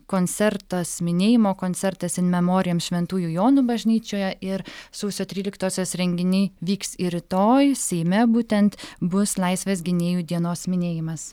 koncertas minėjimo koncertas in memorijum šventųjų jonų bažnyčioje ir sausio tryliktosios renginiai vyks ir rytoj seime būtent bus laisvės gynėjų dienos minėjimas